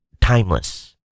timeless